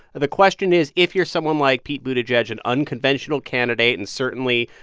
the question is, if you're someone like pete buttigieg, an unconventional candidate and certainly,